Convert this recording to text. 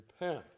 repent